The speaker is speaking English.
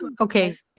Okay